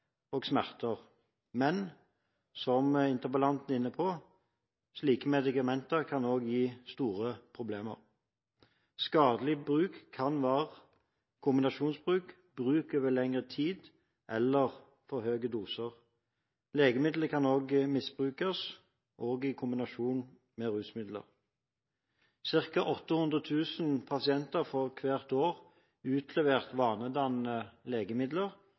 smerter. Men som interpellanten er inne på, kan slike medikamenter også gi store problemer. Skadelig bruk kan være kombinasjonsbruk, bruk over lengre tid eller for høye doser. Legemidler kan også misbrukes – også i kombinasjon med rusmidler. Cirka 800 000 pasienter får hvert år utlevert vanedannende legemidler